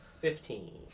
Fifteen